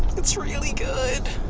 it's really good.